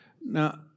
Now